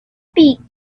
beak